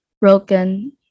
broken